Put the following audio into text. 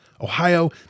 Ohio